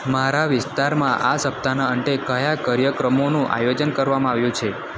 મારા વિસ્તારમાં આ સપ્તાહના અંતે કયા કાર્યક્રમોનું આયોજન કરવામાં આવ્યું છે